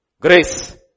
grace